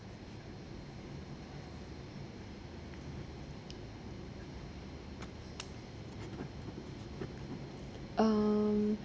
um